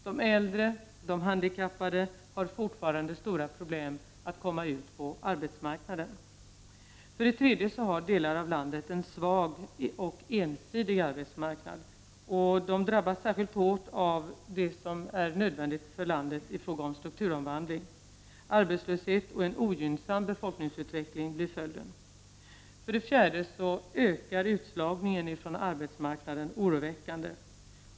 De äldre och de handikappade har fortfarande stora problem att komma ut på arbetsmarknaden. För det tredje har delar av landet en svag och ensidig arbetsmarknad. De drabbas särskilt hårt av det som är nödvändigt för landet i fråga om strukturomvandling. Arbetslöshet och en ogynnsam befolkningsutveckling blir följden. För det fjärde ökar utslagningen från arbetsmarknaden oroväckande.